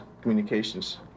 communications